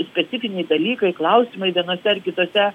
specifiniai dalykai klausimai vienose ar kitose